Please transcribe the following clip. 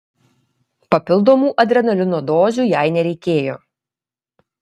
papildomų adrenalino dozių jai nereikėjo